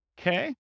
Okay